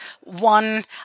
one